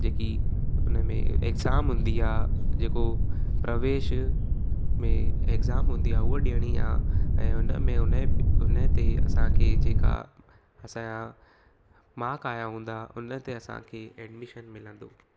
जेकी हुन में एक्ज़ाम हूंदी आहे जेको प्रवेश में एक्ज़ाम हूंदी आहे उहो ॾियणी आहे ऐं हुन में हुनजी ब हुन ते असांखे जेका असांजा मार्कूं आहिया हूंदा हुन ते असांखे एडमिशन मिलंदो